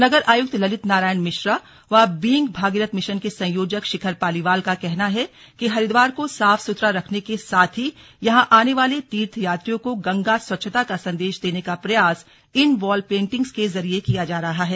नगर आयुक्त ललित नारायण मिश्रा व being Bhagirath mission के संयोजक शिखर पालीवाल का कहना है कि हरिद्वार को साफ सुथरा रखने के साथ ही यहां आने वाले तीर्थ यात्रियों को गंगा स्वच्छता का संदेश देने का प्रयास इन वॉल पेंटिंग्स के जरिए किया जा रहा है